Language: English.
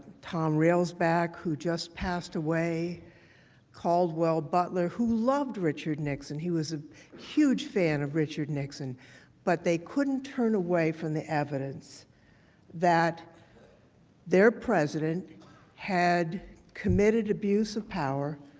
conrail's back who just passed away caldwell, but who loved richard nixon he was a huge fan of richard nixon but they couldn't turn away from the evidence that their president had committed abuse of power